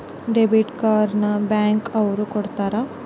debit card ನ bank ಅವ್ರು ಕೊಡ್ತಾರ